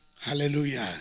Hallelujah